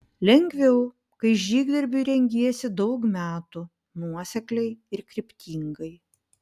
lengviau kai žygdarbiui rengiesi daug metų nuosekliai ir kryptingai